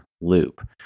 loop